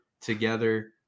together